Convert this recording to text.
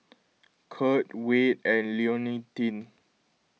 Curt Wayde and Leontine